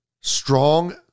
strong